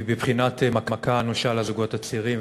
היא בבחינת מכה אנושה לזוגות הצעירים,